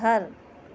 گھر